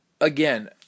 again